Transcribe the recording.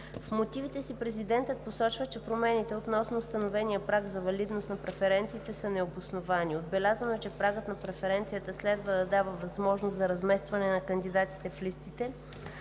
В мотивите си президентът посочва, че промените относно установения праг за валидност на преференциите са необосновани. Отбелязано е, че прагът на преференцията следва да дава възможност за разместване на кандидатите в листите,